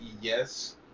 Yes